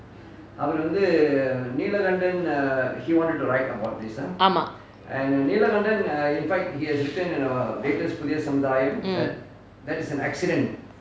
ஆமாம்:aamaam